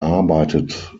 arbeitet